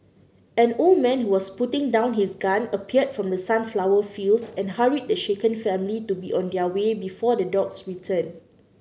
an old man who was putting down his gun appeared from the sunflower fields and hurried the shaken family to be on their way before the dogs return